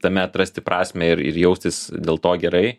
tame atrasti prasmę ir ir jaustis dėl to gerai